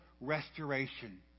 restoration